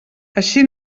així